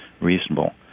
reasonable